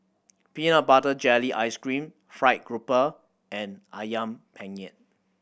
peanut butter jelly ice cream fried grouper and Ayam Penyet